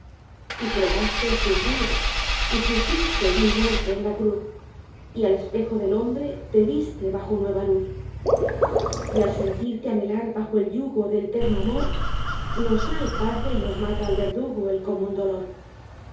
y probaste el sufrir y sufriste vil muerte en la cruz y al espejo del hombre te viste bajo nueva luz y al sentirte anhelar bajo el yugo del eterno amor nos da al padre y nos mata al verdugo el común dolor